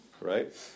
Right